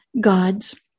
God's